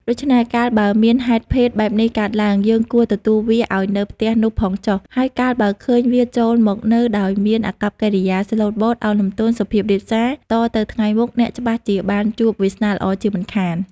ដូច្នេះកាលបើមានហេតុភេទបែបនេះកើតឡើង យើងគួរទទួលវាឱ្យនៅផ្ទះនោះផងចុះ ហើយកាលបើឃើញវាចូលមកនៅដោយមានអាកប្បកិរិយាស្លូតបូត ឱនលំទោន សុភាពរាបសា តទៅថ្ងៃមុខអ្នកច្បាស់ជាបានជួបវាសនាល្អជាមិនខាន។